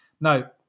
Now